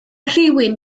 rhywun